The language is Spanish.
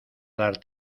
dar